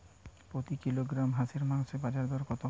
প্রতি কিলোগ্রাম হাঁসের মাংসের বাজার দর কত?